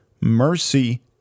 mercy